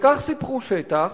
וכך סיפחו שטח,